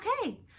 okay